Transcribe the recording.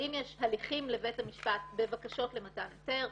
האם יש הליכים לבית המשפט בבקשות למתן היתר?